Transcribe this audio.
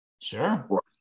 Sure